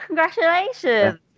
Congratulations